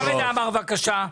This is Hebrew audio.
חמד עמאר, בבקשה.